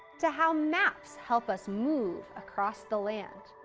to how maps help us move across the land,